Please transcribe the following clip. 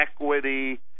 equity